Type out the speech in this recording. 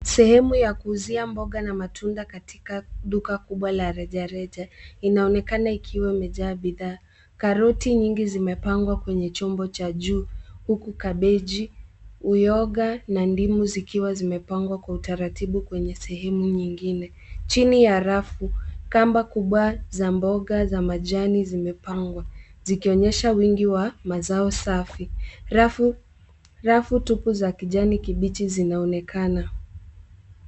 Sehemu ya kuuzia mboga na matunda katika duka kubwa la rejareja. Inaonekana ikiwa imejaa bidhaa. Karoti nyingi zimepangwa Kwenye chombo cha juu huku kabeji, uyoga na ndimu zikiwa zimepangwa Kwa utaratibu kwenye sehemu nyingine. Chini ya rafu kamba kubwa za mboga za majani zimepangwa zikionyesha wingi wa mazao safi. Rafu tupu za kijani kilicho zinaoonekana.